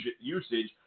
usage